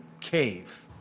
cave